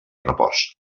repòs